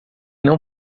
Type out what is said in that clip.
não